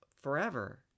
forever